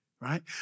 right